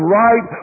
right